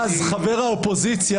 אז חבר האופוזיציה,